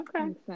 Okay